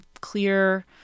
clear